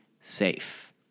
safe